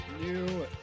new